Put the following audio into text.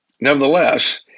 Nevertheless